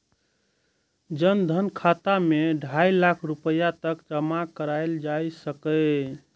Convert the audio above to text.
जन धन खाता मे ढाइ लाख रुपैया तक जमा कराएल जा सकैए